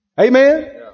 Amen